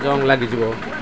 junk ଲାଗିଯିବ ଆଉ